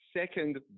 second